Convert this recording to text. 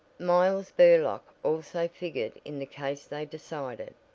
miles burlock also figured in the case they decided,